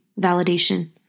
validation